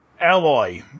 alloy